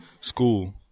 school